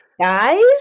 Guys